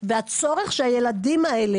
זה גן מסוג אחר?